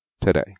today